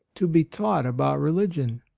to be taught about religion?